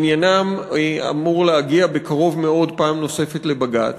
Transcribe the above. עניינם אמור להגיע בקרוב מאוד פעם נוספת לבג"ץ.